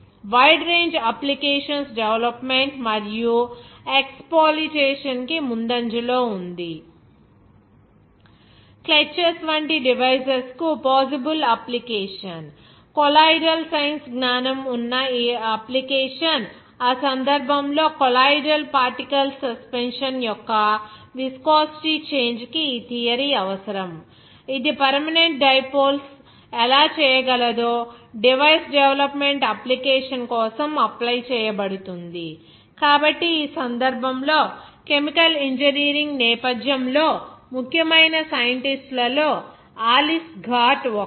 wide range applications development మరియు exploitation కి ముందంజ లో ఉంది క్లెట్చెస్ వంటి డివైసెస్ కు పాజిబిల్ అప్లికేషన్ కొల్లాయిడల్ సైన్స్ జ్ఞానం ఉన్న అప్లికేషన్ ఆ సందర్భంలో కొల్లాయిడల్ పార్టికల్స్ సస్పెన్షన్ యొక్క విస్కోసిటీ చేంజ్ కి ఈ థియరీ అవసరం ఇది పెర్మనెంట్ డైపోల్స్ ఎలా చేయగలదో డివైస్ డెవలప్మెంట్ అప్లికేషన్ కోసం అప్లై చేయబడుతుంది కాబట్టి ఈ సందర్భంలో కెమికల్ ఇంజనీరింగ్ నేపథ్యంలో ముఖ్యమైన సైంటిస్ట్ ల లో ఆలిస్ ఘాట్ ఒకరు